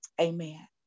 Amen